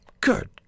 Good